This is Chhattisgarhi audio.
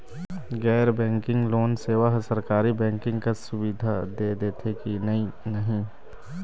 गैर बैंकिंग लोन सेवा हा सरकारी बैंकिंग कस सुविधा दे देथे कि नई नहीं?